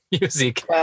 music